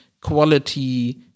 quality